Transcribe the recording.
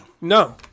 No